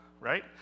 right